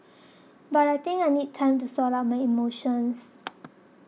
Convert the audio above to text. but I think I need time to sort out my emotions